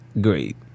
great